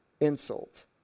insult